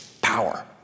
power